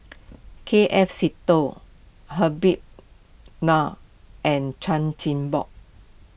K F Seetoh Habib Noh and Chan Chin Bock